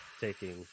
taking